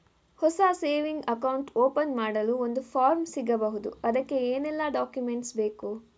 ಹೊಸ saving account open ಮಾಡಲು ಒಂದು ಫಾರ್ಮ್ ಸಿಗಬಹುದು? ಅದಕ್ಕೆ ಏನೆಲ್ಲಾ ಡಾಕ್ಯುಮೆಂಟ್ಸ್ ಬೇಕು?